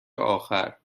آخر